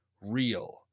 real